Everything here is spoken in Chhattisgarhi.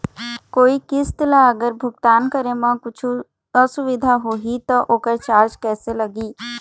कोई किस्त ला अगर भुगतान करे म कुछू असुविधा होही त ओकर चार्ज कैसे लगी?